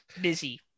busy